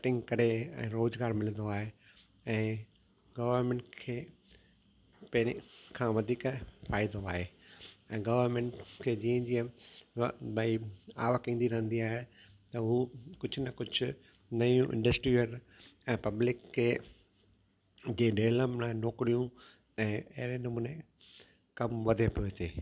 cutting करे ऐं रोज़गारु मिलंदो आहे ऐं गवर्मेंट खे पहिरीं खां वधीक फ़ाइदो आहे ऐं गवर्मेंट खे जीअं जीअं व भई आवक ईंदी रहंदी आहे त हू कुझु न कुझु नयूं इंडस्ट्रीअल ऐं पब्लिक खे ढेलम लाइ नौकरियूं ऐं अहिड़े नमूने कमु वधे पियो हिते